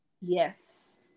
yes